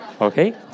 Okay